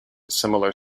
similar